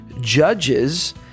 Judges